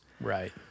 Right